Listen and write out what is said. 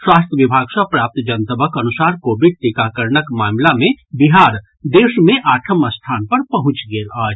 स्वास्थ्य विभाग सँ प्राप्त जनतबक अनुसार कोविड टीकाकरणक मामिला मे बिहार देश मे आठम स्थान पर पहुंचि गेल अछि